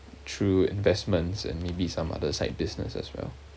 through investments and maybe some other side business as well